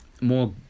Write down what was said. more